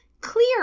clear